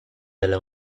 ella